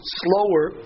slower